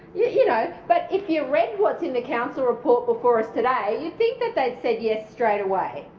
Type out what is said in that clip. yeah you know. but if you read what's in the council report before us today, you'd think that they'd said yes straight away.